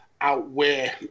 outweigh